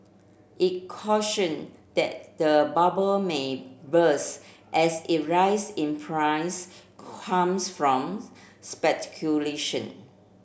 it cautioned that the bubble may burst as it rise in price comes from speculation